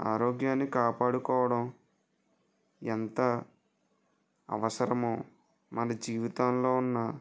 ఆరోగ్యాన్ని కాపాడుకోవడం ఎంత అవసరమో మన జీవితాంలో ఉన్న